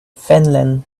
finland